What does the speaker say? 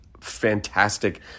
fantastic